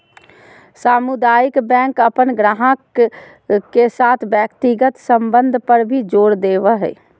सामुदायिक बैंक अपन गाहक के साथ व्यक्तिगत संबंध पर भी जोर देवो हय